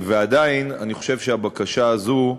ועדיין, אני חושב שהבקשה הזו,